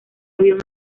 avión